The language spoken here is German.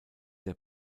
der